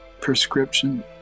prescription